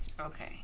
Okay